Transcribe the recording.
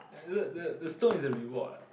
the the the stone is the reward ah